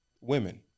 women